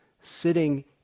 sitting